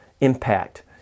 impact